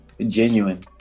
genuine